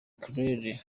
claire